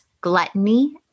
gluttony